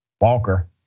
Walker